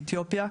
מאתיופיה,